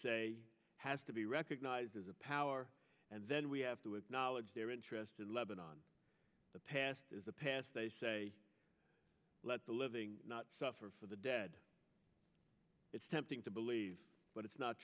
say has to be recognized as a power and then we have to acknowledge their interest in lebanon the past is the past they say let the living not suffer for the dead it's tempting to believe but it's not